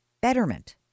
betterment